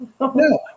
No